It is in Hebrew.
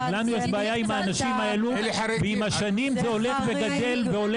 יש לנו בעיה עם האנשים האלו ועם השנים זה הולך וגדל.